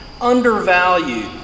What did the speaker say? undervalued